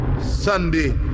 Sunday